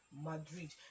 Madrid